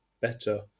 better